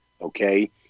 okay